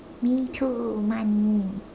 me too money